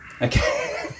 okay